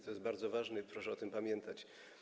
To jest bardzo ważne i proszę o tym pamiętać.